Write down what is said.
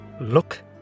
Look